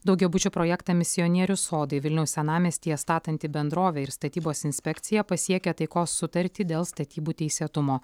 daugiabučių projektą misionierių sodai vilniaus senamiestyje statanti bendrovė ir statybos inspekcija pasiekė taikos sutartį dėl statybų teisėtumo